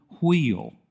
wheel